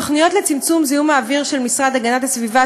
התוכניות לצמצום זיהום האוויר של המשרד להגנת הסביבה,